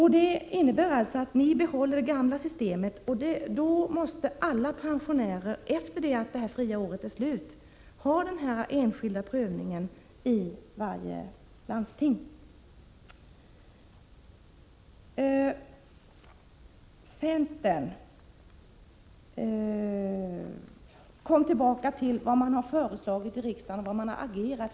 Det innebär att ni vill behålla det gamla systemet. Enligt detta måste alla pensionärer efter friåret utsättas för den prövning som skall göras i varje landsting. Kersti Johansson kom tillbaka till vad centern föreslagit och agerat för i riksdagen.